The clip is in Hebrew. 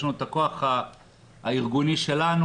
יש לנו את הכוח הארגוני שלנו,